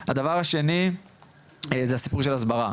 הדבר השני זה הסיפור של הסברה,